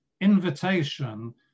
invitation